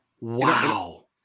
wow